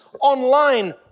online